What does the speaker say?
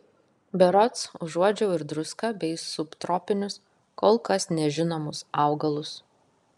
berods užuodžiau ir druską bei subtropinius kol kas nežinomus augalus